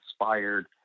inspired